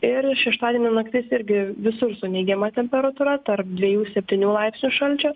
ir šeštadienį naktis irgi visur su neigiama temperatūra tarp dviejų septynių laipsnių šalčio